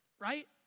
right